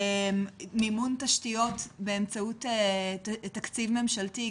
מימון תשתיות באמצעות תקציב ממשלתי,